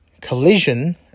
collision